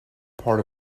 part